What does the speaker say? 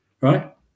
right